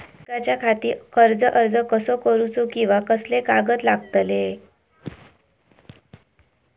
शिकाच्याखाती कर्ज अर्ज कसो करुचो कीवा कसले कागद लागतले?